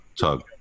tug